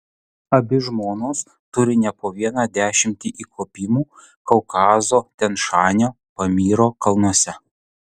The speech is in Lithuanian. abi žmonos turi ne po vieną dešimtį įkopimų kaukazo tian šanio pamyro kalnuose